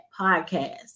Podcast